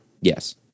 Yes